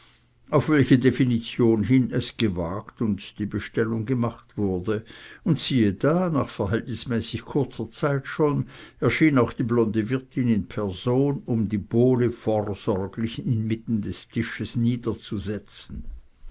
auf welche definition hin es gewagt und die bestellung gemacht wurde und siehe da nach verhältnismäßig kurzer zeit schon erschien auch die blonde wirtin in person um die bowle vorsorglich inmitten des tisches